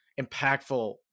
impactful